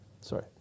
Sorry